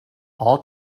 all